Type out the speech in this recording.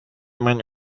man